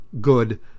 good